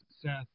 Seth